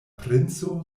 princo